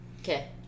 Okay